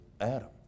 Adam